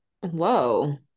Whoa